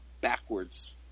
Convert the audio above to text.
backwards